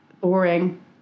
boring